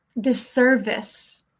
disservice